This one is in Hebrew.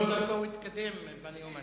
לא, דווקא הוא מתקדם בנאום הזה.